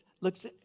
looks